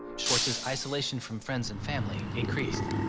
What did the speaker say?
swartz's isolation from friends and family increased.